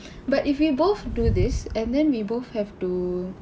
but if we both do this and then we both have to